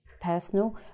personal